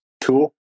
tool